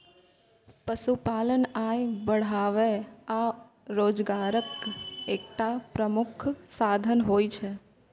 पशुपालन आय बढ़ाबै आ रोजगारक एकटा प्रमुख साधन होइ छै